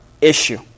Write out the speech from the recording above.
issue